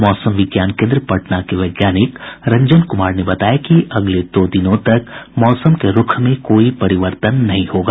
मौसम विज्ञान केन्द्र पटना के वैज्ञानिक रंजन कुमार ने बताया कि अगले दो दिनों तक मौसम के रूख में कोई परिवर्तन नहीं होगा